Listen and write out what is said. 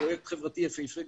פרויקט חברתי יפהפה,